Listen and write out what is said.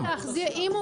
אם הוא